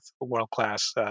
world-class